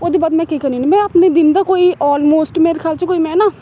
ओह्दे बाद में केह् करनी में अपने दिन दा कोई आल मोस्ट मेरे ख्याल च कोई में ना